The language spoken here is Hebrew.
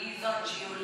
כי היא זאת שיולדת,